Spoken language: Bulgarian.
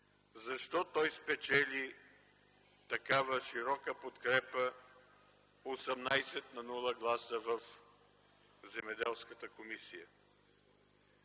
Защо той спечели такава широка подкрепа 18:0 гласа в Земеделската комисия?